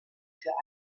für